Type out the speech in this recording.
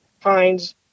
pines